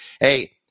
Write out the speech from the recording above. Hey